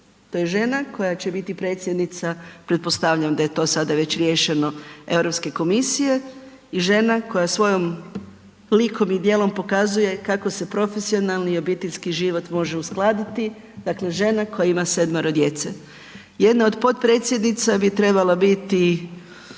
To je žena koja će biti predsjednica, pretpostavljam da je to sada već riješeno Europske komisije i žena koja svojim likom i djelom pokazuje kako se profesionalni i obiteljski život može uskladiti dakle, žena koja ima sedmero djece. Jedna od potpredsjednica bi trebala biti